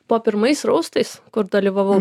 po pirmais raustais kur dalyvavau